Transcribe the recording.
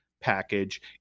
package